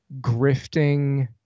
grifting